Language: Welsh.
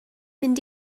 mynd